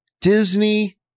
Disney